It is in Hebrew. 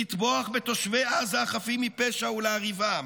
לטבוח בתושבי עזה החפים מפשע ולהרעיבם,